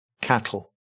cattle